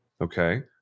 okay